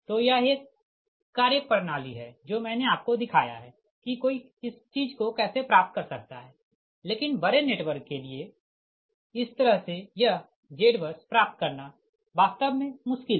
तो यह एक कार्यप्रणाली है जो मैंने आपको दिखाया है कि कोई इस चीज़ को कैसे प्राप्त कर सकता है लेकिन बड़े नेटवर्क के लिए इस तरह से यह ZBUS प्राप्त करना वास्तव मे मुश्किल है